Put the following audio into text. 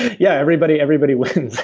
yeah, everybody everybody wins,